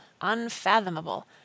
unfathomable